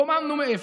קוממנו מאפס,